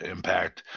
Impact